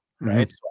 Right